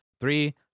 three